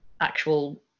actual